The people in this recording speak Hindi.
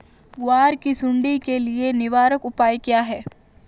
ग्वार की सुंडी के लिए निवारक उपाय क्या है?